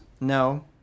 No